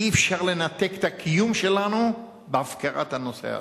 אי-אפשר לנתק את הקיום שלנו בהפקרת הנושא ההאשמי.